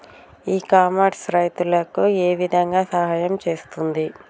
ఇ commerce రైతులకు ఏ విధంగా సహాయం చేస్తుంది?